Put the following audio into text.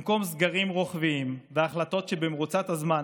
במקום סגרים רוחביים והחלטות שבמרוצת הזמן